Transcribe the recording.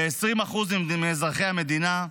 ב-20% מאזרחי המדינה,